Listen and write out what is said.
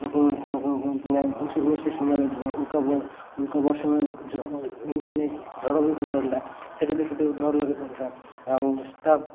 ଲୋକମାନେ କ'ଣ କ'ଣ କହନ୍ତି ନାହିଁ ସମୟରେ ଉଲ୍କା ବ ଉଲ୍କା ବର୍ସମାନେ ଯ ଏମିତି ନାହିଁ କି ଝଡ଼ ବି ହୋଇଥାନ୍ତା ସେଠି ଦେଖି ଟକୁ ଡର ଲାଗିଥାନ୍ତା ଆଉ ତା